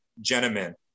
gentlemen